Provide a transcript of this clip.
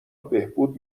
بهبود